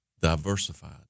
diversified